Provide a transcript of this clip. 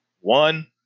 One